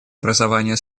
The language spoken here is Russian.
образование